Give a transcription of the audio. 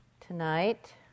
Tonight